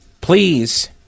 please